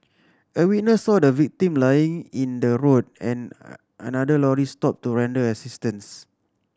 a witness saw the victim lying in the road and another lorry stopped to render assistance